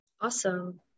Awesome